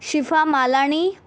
Shifa Malani